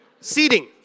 Seating